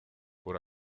por